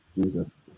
Jesus